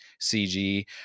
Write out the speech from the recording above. CG